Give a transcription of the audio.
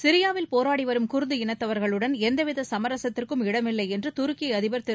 சிரியாவில் போராடி வரும் குர்து இனத்தவர்களுடன் எந்தவித சுமரசத்திற்கும் இடமில்லை என்று துருக்கி அதிபர் திரு